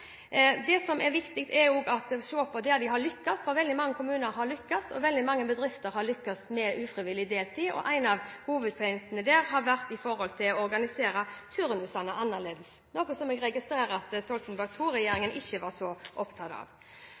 Det som er viktig, er også å se på hvor man har lyktes. Veldig mange kommuner og veldig mange bedrifter har lyktes med ufrivillig deltid, og ett av hovedpunktene der har vært å organisere turnusene annerledes, noe som jeg har registrert at Stoltenberg II-regjeringen ikke var så opptatt av.